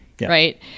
Right